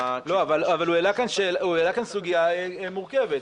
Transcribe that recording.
--- אבל הוא העלה כאן סוגיה מורכבת,